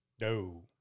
No